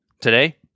Today